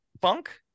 funk